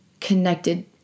connected